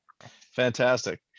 Fantastic